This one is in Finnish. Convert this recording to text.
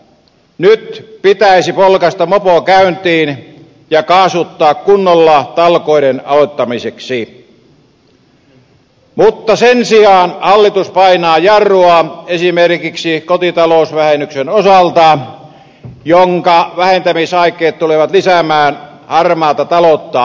nyt pitäisi polkaista mopo käyntiin ja kaasuttaa kunnolla talkoiden aloittamiseksi mutta sen sijaan hallitus painaa jarrua esimerkiksi kotitalousvähennyksen osalta jonka vähentämisaikeet tulevat lisäämään harmaata taloutta entisestään